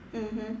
mmhmm